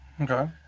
Okay